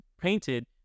painted